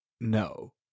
No